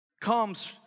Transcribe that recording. comes